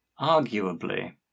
arguably